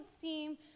seem